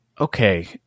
okay